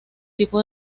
tipo